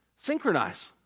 synchronize